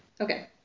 Okay